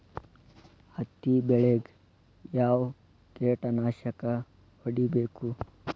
ಹತ್ತಿ ಬೆಳೇಗ್ ಯಾವ್ ಕೇಟನಾಶಕ ಹೋಡಿಬೇಕು?